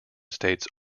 states